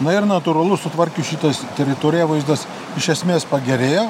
na ir natūralu sutvarkius šitas teritoriją vaizdas iš esmės pagerėjo